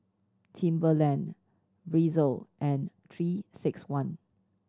Timberland Breezer and Three Six One